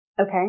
Okay